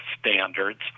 standards